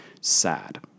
Sad